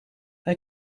hij